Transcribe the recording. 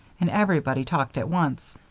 and everybody talked at once.